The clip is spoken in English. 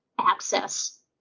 access